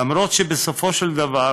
למרות שבסופו של דבר